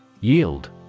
Yield